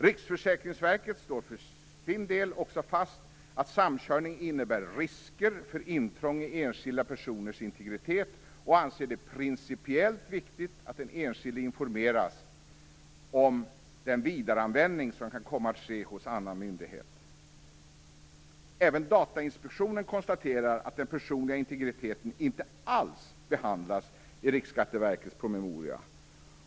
Riksförsäkringsverket slår för sin del också fast att samkörning innebär risker för intrång i enskilda personers integritet och anser det principiellt viktigt att den enskilde informeras om den vidareanvändning som kan komma att ske hos annan myndighet. Även Datainspektionen konstaterar att den personliga integriteten inte alls behandlas i Riksskatteverkets promemoria.